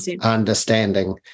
understanding